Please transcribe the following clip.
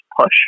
push